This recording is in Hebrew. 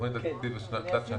בתכנית התקציב התלת־שנתית,